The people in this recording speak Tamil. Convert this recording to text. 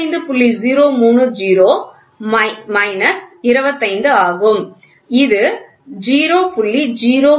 030 25 ஆகும் இது 0